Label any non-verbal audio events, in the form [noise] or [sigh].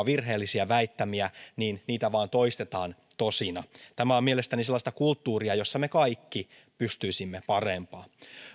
[unintelligible] virheellisiä väittämiä niin niitä vain toistetaan tosina tämä on mielestäni sellaista kulttuuria jossa me kaikki pystyisimme parempaan